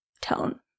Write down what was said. tone